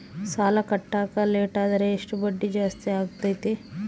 ಸಾಲ ಕಟ್ಟಾಕ ಲೇಟಾದರೆ ಎಷ್ಟು ಬಡ್ಡಿ ಜಾಸ್ತಿ ಆಗ್ತೈತಿ?